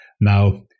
now